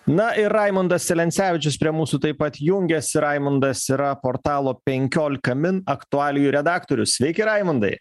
na ir raimundas selencevičius prie mūsų taip pat jungiasi raimundas yra portalo penkiolika min aktualijų redaktorius sveiki raimundai